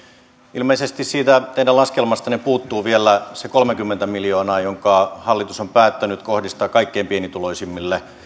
ilmeisesti siitä teidän laskelmastanne puuttuu vielä se kolmekymmentä miljoonaa jonka hallitus on päättänyt kohdistaa kaikkein pienituloisimmille